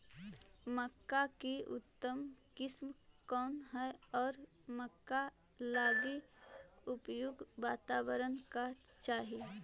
मक्का की उतम किस्म कौन है और मक्का लागि उपयुक्त बाताबरण का चाही?